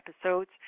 episodes